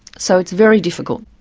so it's very difficult.